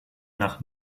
nach